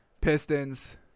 Pistons